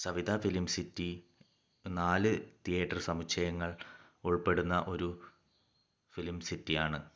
Savitha film city നാല് theatre സമുച്ഛയങ്ങൾ ഉൾപ്പെടുന്ന ഒരു ഫിലിം സിറ്റി ആണ്